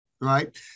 right